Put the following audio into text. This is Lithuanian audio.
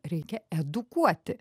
reikia edukuoti